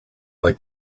like